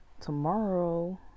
tomorrow